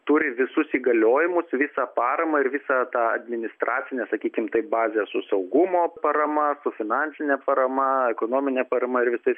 turi visus įgaliojimus visą paramą ir visą tą administracinę sakykim taip bazę su saugumo parama su finansine parama ekonomine parama ir visais